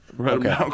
Okay